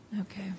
Okay